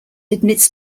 admits